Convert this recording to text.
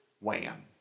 wham